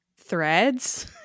Threads